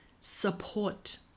support